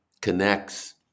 connects